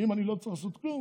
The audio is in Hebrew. אם אני לא צריך לעשות כלום,